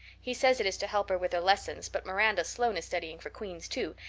he says it is to help her with her lessons but miranda sloane is studying for queen's too,